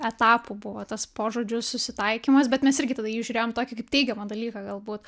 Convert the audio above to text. etapų buvo tas po žodžiu susitaikymas bet mes irgi tada į jį žiūrėjom tokį kaip teigiamą dalyką galbūt